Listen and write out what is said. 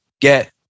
get